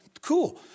Cool